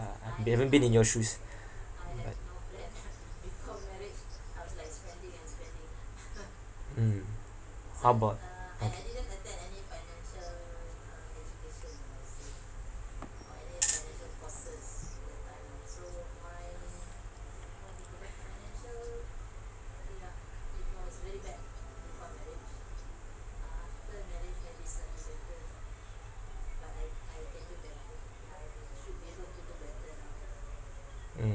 uh I've never been in your shoes but mm how about okay mm